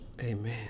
Amen